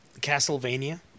Castlevania